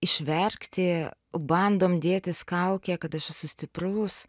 išverkti bandom dėtis kaukę kad aš esu stiprus